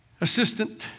assistant